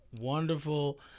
wonderful